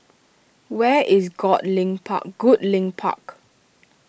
where is Goodlink Park